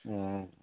ए